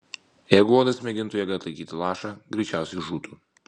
jeigu uodas mėgintų jėga atlaikyti lašą greičiausiai žūtų